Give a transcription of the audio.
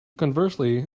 conversely